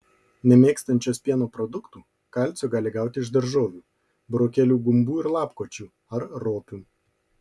nemėgstančios pieno produktų kalcio gali gauti iš daržovių burokėlių gumbų ir lapkočių ar ropių